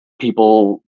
people